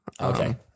Okay